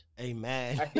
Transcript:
Amen